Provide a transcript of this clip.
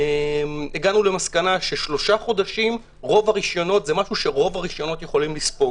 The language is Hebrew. הגענו למסקנה ששלושה חודשים זה משהו שרוב הרשיונות יכולים לספוג.